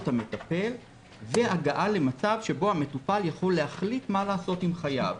המטפל והגעה למצב שבו המטופל יכול להחליט מה לעשות עם חייו.